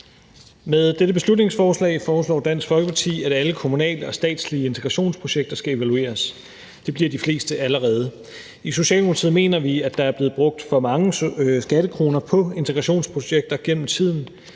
Med dette beslutningsforslag foreslår Dansk Folkeparti, at alle kommunale og statslige integrationsprojekter skal evalueres. Det bliver de fleste allerede. I Socialdemokratiet mener vi, at der er blevet brugt for mange skattekroner på integrationsprojekter gennem tiden.